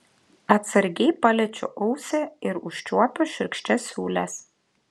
atsargiai paliečiu ausį ir užčiuopiu šiurkščias siūles